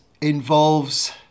involves